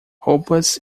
roupas